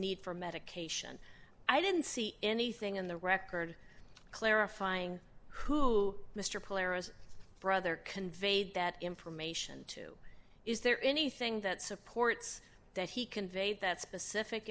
need for medication i didn't see anything in the record clarifying who mr palermo's brother conveyed that information to is there anything that supports that he conveyed that specific